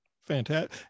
fantastic